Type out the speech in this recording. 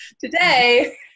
Today